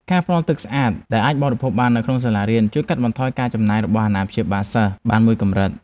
ការផ្តល់ទឹកស្អាតដែលអាចបរិភោគបាននៅក្នុងសាលារៀនជួយកាត់បន្ថយការចំណាយរបស់អាណាព្យាបាលសិស្សបានមួយកម្រិត។